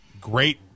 great